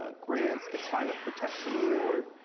ah grant, the climate protection award,